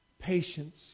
Patience